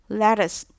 lettuce